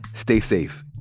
stay safe.